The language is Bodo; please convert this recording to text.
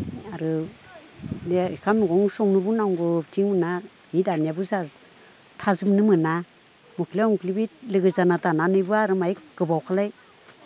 आरो आंनिया एखाम एंख्रि संनोबो नांगौ बिथिं आंना हि दानायाबो थाजोबनो मोना उख्ला उख्लि लोगो जाना दानानैबो आरो माय गोबावखोलाय